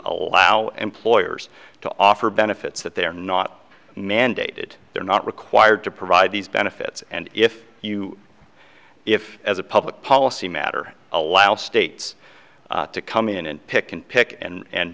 allow employers to offer benefits that they are not mandated they're not required to provide these benefits and if you if as a public policy matter allow states to come in and